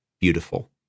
beautiful